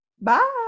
Bye